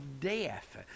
Death